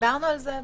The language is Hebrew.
דיברנו על זה.